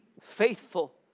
faithful